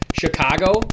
Chicago